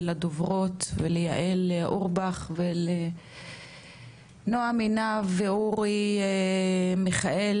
ולדוברות וליעל אורבך ולנועם עינב ואורי מיכאל